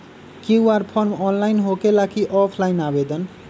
QR form online होकेला कि offline आवेदन?